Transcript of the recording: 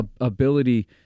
ability